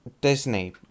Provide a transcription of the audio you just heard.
Disney